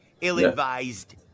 ill-advised